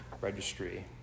registry